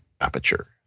Aperture